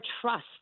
trust